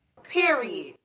Period